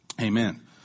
Amen